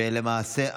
למעשה,